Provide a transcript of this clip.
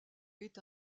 est